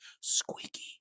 Squeaky